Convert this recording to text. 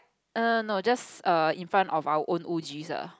err no just err in front of our own O_G ah